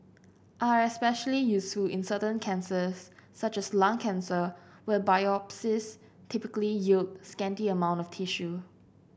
are especially useful in certain cancers such as lung cancer where biopsies typically yield scanty amount of tissue